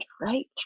right